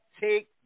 take